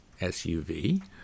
SUV